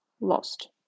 lost